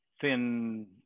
thin